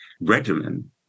regimen